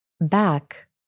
Back